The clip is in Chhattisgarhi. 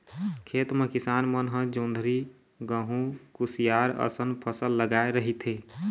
खेत म किसान मन ह जोंधरी, गहूँ, कुसियार असन फसल लगाए रहिथे